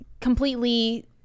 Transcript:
completely